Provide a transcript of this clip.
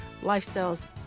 lifestyles